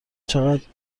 چقد